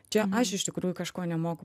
čia aš iš tikrųjų kažko nemoku